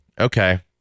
Okay